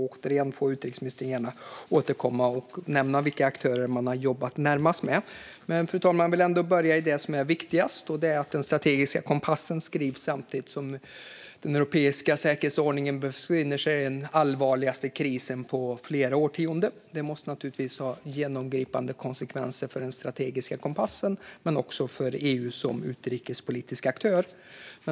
Återigen får utrikesministern gärna återkomma och nämna vilka aktörer man har jobbat närmast med. Fru talman! Jag vill ändå börja med det som är viktigast, nämligen att den strategiska kompassen skrivs samtidigt som den europeiska säkerhetsordningen befinner i den allvarligaste krisen på flera årtionden. Detta måste naturligtvis ha genomgripande konsekvenser för den strategiska kompassen men också för EU som utrikespolitisk aktör.